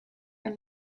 are